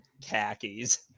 khakis